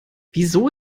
wieso